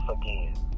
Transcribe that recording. again